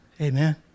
Amen